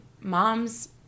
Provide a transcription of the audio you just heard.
mom's